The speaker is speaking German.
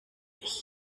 ich